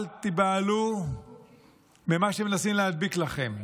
אל תיבהלו ממה שמנסים להדביק לכם.